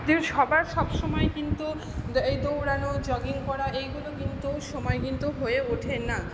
যেরম সবার সব সময় কিন্তু এই দৌড়ানো জগিং করা এইগুলো কিন্তু সময় কিন্তু হয়ে ওঠে না